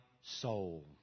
soul